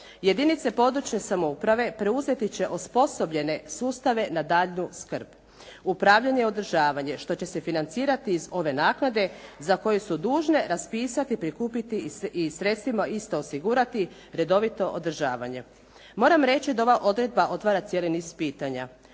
jedinice područne samouprave preuzeti će osposobljene sustave na daljnju skrb. Upravljanje i održavanje, što će se financirati iz ove naknade za koju su dužne raspisati, prikupiti i sredstvima isto osigurati redovito održavanje. Moram reći da ova odredba otvara cijeli niz pitanja.